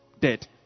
Dead